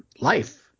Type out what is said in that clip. life